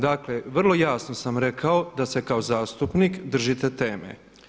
Dakle, vrlo jasno sam rekao da se kao zastupnik držite teme.